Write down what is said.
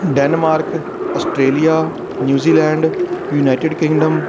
Denmark Australia New Zealand United Kingdom